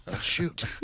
shoot